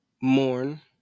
mourn